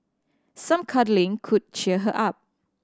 some cuddling could cheer her up